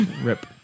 Rip